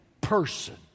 person